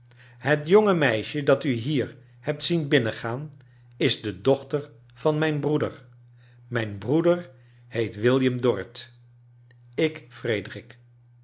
het jonge meisje dat u hier hebt zien binnengaan is de dochter van mijn broeder mijn broeder beet william dorrit ik frederik